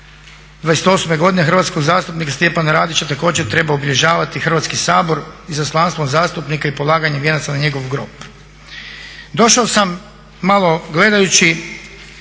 '28. godine hrvatskog zastupnika Stjepana Radića također treba obilježavati Hrvatski sabor izaslanstvom zastupnika i polaganjem vijenaca na njegov grob. Došao sam malo gledajući